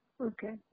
Okay